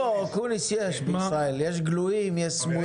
לא, אקוניס, יש בישראל, יש גלויים, יש סמויים.